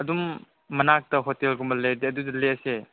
ꯑꯗꯨꯝ ꯃꯅꯥꯛꯇ ꯍꯣꯇꯦꯜꯒꯨꯝꯕ ꯂꯩꯔꯗꯤ ꯑꯗꯨꯗ ꯂꯦꯛꯁꯦ